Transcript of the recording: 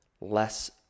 less